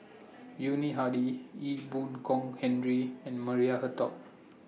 Yuni Hadi Ee Boon Kong Henry and Maria Hertogh